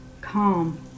calm